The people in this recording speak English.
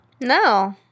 No